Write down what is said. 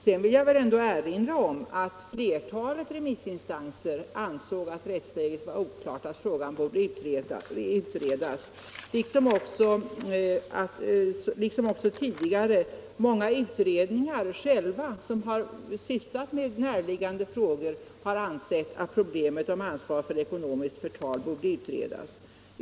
Jag vill ändå erinra om att flertalet remissinstanser ansåg att rättsläget var oklart och att frågan borde utredas. Många tidigare utredningar som sysslat med närliggande frågor har också ansett att man borde utreda frågan om ansvar för ekonomiskt förtal.